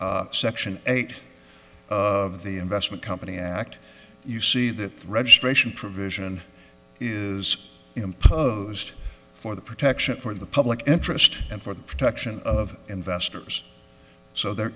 section eight of the investment company act you see that registration provision is imposed for the protection for the public interest and for the protection of investors so there